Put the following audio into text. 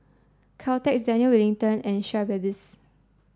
Caltex Daniel Wellington and Schweppes